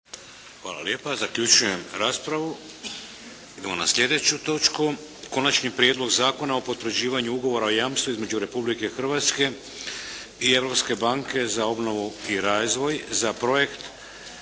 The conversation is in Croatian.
**Šeks, Vladimir (HDZ)** Idemo na sljedeću točku. 6. Prijedlog zakona o potvrđivanju Ugovora o jamstvu između Republike Hrvatske i Europske banke za obnovu i razvoj za "Prijekt